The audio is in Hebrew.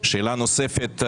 שאלה נוספת,